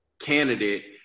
candidate